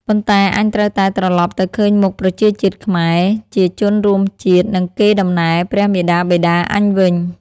ប៉ុន្តែអញត្រូវតែត្រឡប់ទៅឃើញមុខប្រជាជាតិខ្មែរ ជាជនរួមជាតិ និងកេរ្តិ៍ដំណែលព្រះមាតាបិតាអញវិញ ។